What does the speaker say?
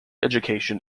education